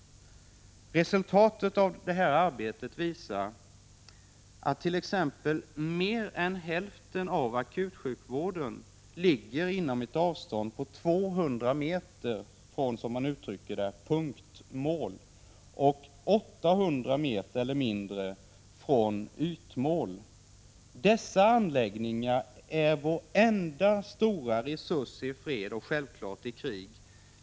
Resultatet av detta arbete visar t.ex. att mer än hälften av akutsjukvården ligger inom ett avstånd på 200 meter från, som det uttrycks, punktmål och 800 meter från ytmål. Dessa anläggningar är vår enda stora resurs i fred och självfallet i krig.